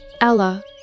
Ella